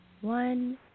one